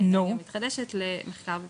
לאנרגיה מתחדשת ולמחקר ופיתוח.